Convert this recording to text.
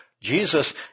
Jesus